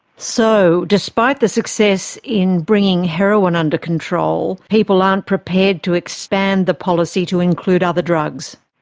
so despite the success in bringing heroin under control, people aren't prepared to expand the policy to include other drugs.